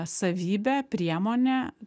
savybė priemonė